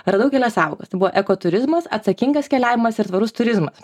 radau kelias sąvokas tai buvo eko turizmas atsakingas keliavimas ir tvarus turizmas